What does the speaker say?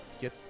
Get